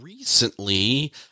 Recently